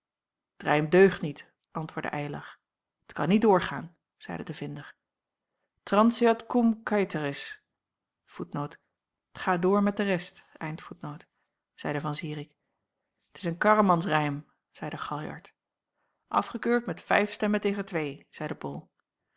niet antwoordde eylar t kan niet doorgaan zeide de vinder transeat cum caeteris zeide van zirik t is een karremansrijm zeide galjart afgekeurd met vijf stemmen tegen twee zeide bol